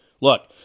Look